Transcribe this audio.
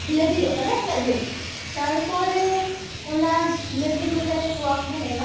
ᱞᱟᱹᱵᱤᱫᱚᱜ ᱠᱟᱱᱟ ᱤᱱᱟᱹᱜ ᱫᱷᱟᱹᱵᱤᱡ ᱛᱟᱨᱯᱚᱨᱮ ᱚᱱᱟ ᱞᱟᱹᱵᱤᱫ ᱦᱩᱭ ᱠᱟᱛᱮᱫ ᱛᱚᱣᱟ ᱠᱚᱵᱚᱱ ᱮᱢᱟ